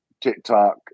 TikTok